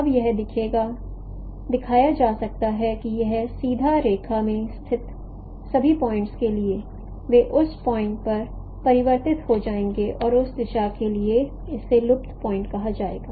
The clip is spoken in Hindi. अब यह दिखाया जा सकता है कि इस सीधी रेखा में स्थित सभी पॉइंट्स के लिए वे उस पॉइंट् पर परिवर्तित हो जाएंगे और उस दिशा के लिए इसे लुप्त पॉइंट् कहा जाएगा